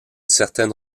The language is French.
certaine